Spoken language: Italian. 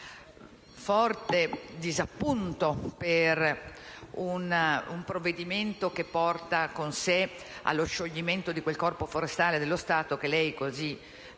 forte disappunto per un provvedimento che porta con sé lo scioglimento di quel Corpo forestale dello Stato, così